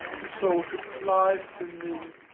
this soul should fly from me,